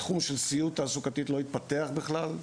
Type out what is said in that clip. תחום של --- תעסוקתית לא התפתח בכלל.